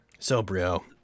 Sobrio